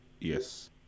Yes